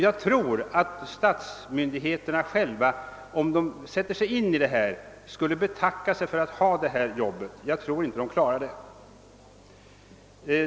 Jag tror också att statsmyndigheterna själva, om de sätter sig in i detta, skulle betacka sig för att ha detta jobb. Jag tror inte de klarar det.